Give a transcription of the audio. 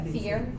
fear